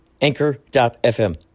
Anchor.fm